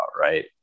right